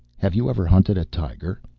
have you ever hunted tiger?